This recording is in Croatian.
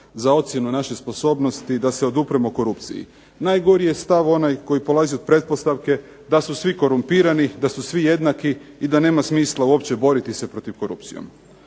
za ocjenu naše sposobnosti da se odupremo korupciji. Najgori je stav onaj koji polazi od pretpostavke da su svi korumpirani, da su svi jednaki i da nema smisla uopće boriti se protiv korupcije.